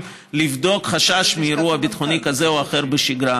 לבדוק חשש מאירוע ביטחוני כזה או אחר בשגרה,